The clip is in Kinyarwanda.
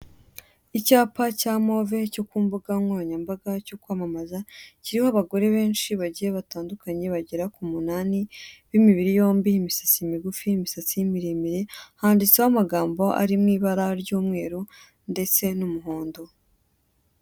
Icyapa cya move cyo kumbugankoranyambaga cyo kwamamazakiriho abagore benshi bagiye batandukanye bagera ku munani b'imibiri yombi, imisatsi migufi, imisatsi miremire handitseho amagambo ari mu ibara ry'umweru ndetse n'umuhondo.